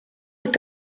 est